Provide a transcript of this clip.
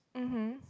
mmhmm